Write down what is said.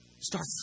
Start